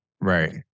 Right